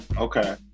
Okay